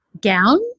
gown